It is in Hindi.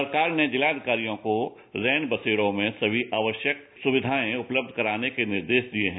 सरकार ने जिलाधिकारियों को रैन बसेरों में सभी आवश्यक सुविधाएं उपलब्ध कराने के निर्देश दिए हैं